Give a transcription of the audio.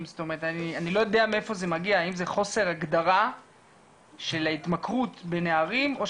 ואני גם חבר בצוות הבין-משרדי שהקים כבוד נשיא המדינה בעקבות